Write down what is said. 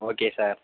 okay sir